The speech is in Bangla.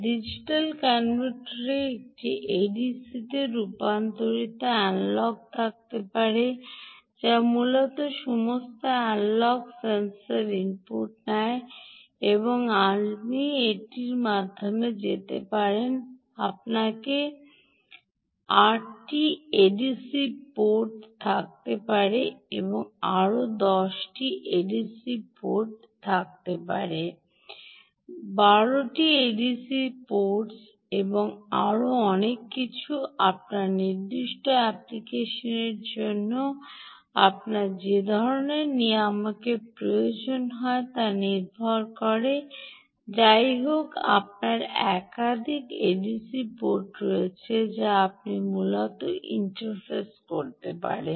ডিজিটাল কনভার্টারে একটি এডিসি রূপান্তরকারী অ্যানালগ থাকতে পারে যা মূলত সমস্ত অ্যানালগ সেন্সর ইনপুট নেয় আপনি এটির মাধ্যমে যেতে পারেন আপনার 8 টি এডিসি পোর্ট থাকতে পারে আপনার 10 টি এডিসি পোর্টগুলি থাকতে পারে 12 এডিসি পোর্টস এবং আরও অনেক কিছু আপনার নির্দিষ্ট অ্যাপ্লিকেশনের জন্য আপনার যে ধরণের নিয়ামক প্রয়োজন তা নির্ভর করে যাইহোক আপনার একাধিক এডিসি পোর্ট রয়েছে যা আপনি মূলত ইন্টারফেস করতে পারেন